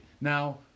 Now